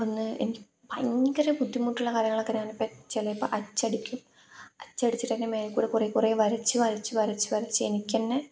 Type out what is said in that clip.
ഒന്ന് എനിക്ക് ഭയങ്കര ബുദ്ധിമുട്ടുള്ള കാര്യങ്ങളൊക്കെ ഞാൻ ചിലപ്പോൾ അച്ചടിക്കും അച്ചടിച്ചിട്ട അതിൻ്റെ മേൽക്കൂടെ കുറേ കുറേ വരച്ച് വരച്ച് വരച്ച് വരച്ച് എനിക്കുതന്നെ